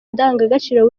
indangagaciro